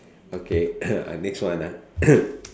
okay uh next one ah